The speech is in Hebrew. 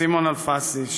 סימון אלפסי,